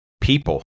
people